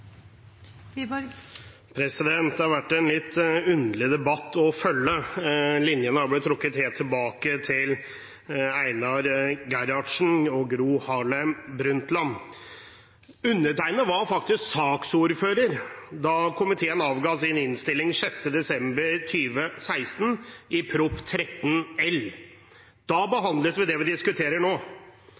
bevåkenhet. Det har vært en litt underlig debatt å følge. Linjene har blitt trukket helt tilbake til Einar Gerhardsen og Gro Harlem Brundtland. Undertegnede var faktisk saksordfører da komiteen avga sin innstilling 6. desember 2016, til Prop. 13 L for 2016–2017. Da behandlet vi det vi diskuterer nå.